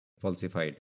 falsified